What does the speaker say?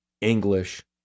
English